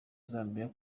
zambia